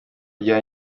rya